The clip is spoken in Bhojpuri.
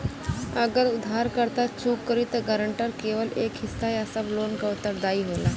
अगर उधारकर्ता चूक करि त गारंटर केवल एक हिस्सा या सब लोन क उत्तरदायी होला